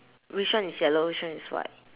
which one is yellow which one is white